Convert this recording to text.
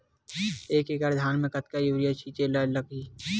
एक एकड़ धान में कतका यूरिया छिंचे ला लगही?